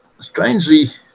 Strangely